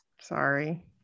Sorry